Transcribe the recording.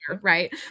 right